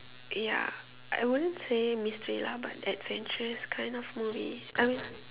ya I wouldn't say mystery lah but adventurous kind of movie I mean